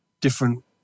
different